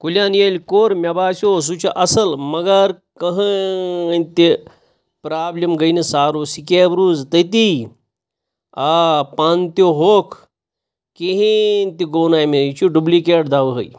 کُلٮ۪ن ییٚلہِ کوٚر مےٚ باسٮ۪و سُہ چھُ اَصٕل مگر کٕہیٖنٛۍ تہِ پرٛابلِم گٔے نہٕ سالو سِکیپ روٗز تٔتی آ پن تہِ ہوٚکھ کِہیٖنٛۍ تہِ گوٚو نہٕ مےٚ یہِ چھُ ڈُبلِکیٹ دَوہے